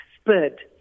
spurred